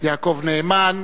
יעקב נאמן,